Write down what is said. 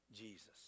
Jesus